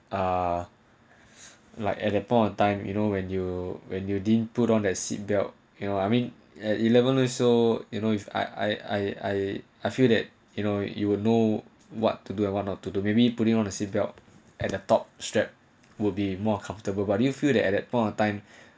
ah like at that point of time you know when you when you didn't put on that seatbelt you know I mean at eleven also you know if I I I I feel that you know you will know what to do at one or two maybe putting on the seatbelt at the top strap will be more comfortable but do you feel that at that point of time